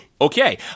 Okay